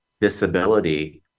disability